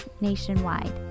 nationwide